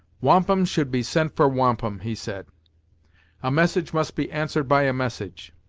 wampum should be sent for wampum, he said a message must be answered by a message.